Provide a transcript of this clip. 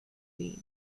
waned